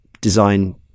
design